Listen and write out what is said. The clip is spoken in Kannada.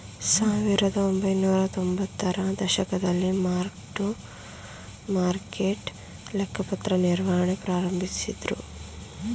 ಸಾವಿರದಒಂಬೈನೂರ ತೊಂಬತ್ತರ ದಶಕದಲ್ಲಿ ಮಾರ್ಕ್ ಟು ಮಾರ್ಕೆಟ್ ಲೆಕ್ಕಪತ್ರ ನಿರ್ವಹಣೆ ಪ್ರಾರಂಭಿಸಿದ್ದ್ರು